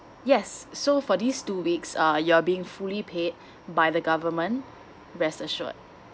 yes so for this two weeks uh you're being fully paid by the government rest assured